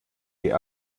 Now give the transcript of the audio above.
die